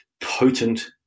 potent